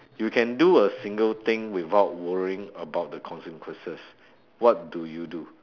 you can do a single thing without worrying about the consequences what do you do